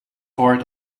part